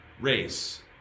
race